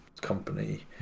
company